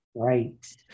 right